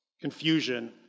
confusion